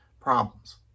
problems